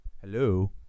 Hello